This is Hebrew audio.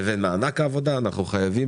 עם כל זה, זה עדיין צעד חיובי, ואם עושים